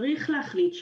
צריך להחליט,